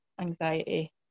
anxiety